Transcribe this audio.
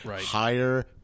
higher